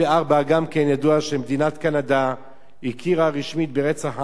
גם כן ידוע שמדינת קנדה הכירה רשמית ברצח העם הארמני.